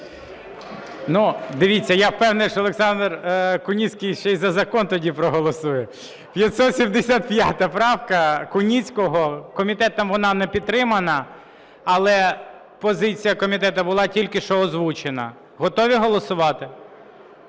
Дивіться, я впевнений, що Олександр Куницький ще й за закон тоді проголосує. 575 правка Куницького. Комітетом вона не підтримана. Але позиція комітету була тільки що озвучена. Готові голосувати?